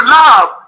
love